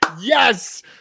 Yes